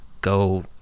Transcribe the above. go